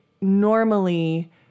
normally